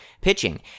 pitching